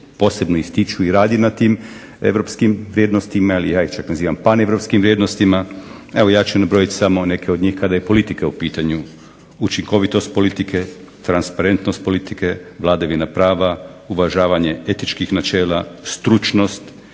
posebno ističu i radi na tim europskim vrijednostima, ali ja ih čak nazivam paneuropskim vrijednostima. Evo ja ću nabrojiti samo neke od njih kada je politika u pitanju. Učinkovitost politike, transparentnost politike, vladavina prava, uvažavanje etičkih načela, stručnost,